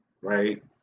right